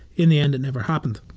in the end it never happened.